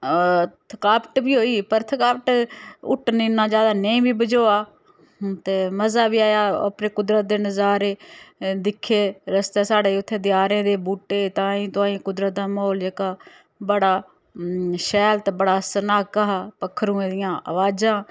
थकावट बी होई पर थकावट हुट्टन इन्ना ज्यादा नेईं बी बजोआ ते मजा बी आया अपने कुदरत दे नज़ारे दिक्खे रस्तै साढ़ै उत्थे देआरें दे बूह्टे ताईं तुआईं कुदरत दा म्हौल जेह्का बड़ा शैल ते बड़ा सनाह्का हा पखरूएं दिया अवाज़ां